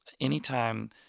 anytime